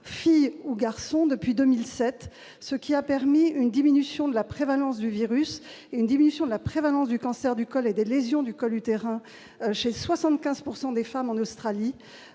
fille ou garçon, depuis 2007, ce qui a permis une diminution de la prévalence du virus et une diminution de la prévalence du cancer du col et des lésions du col utérin chez 75 pourcent des des femmes en Australie,